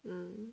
mm